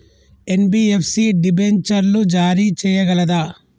NBFC డిబెంచర్లు జారీ చేయగలదా?